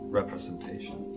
representation